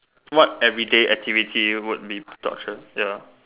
what everyday activity would be torture ya